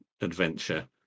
adventure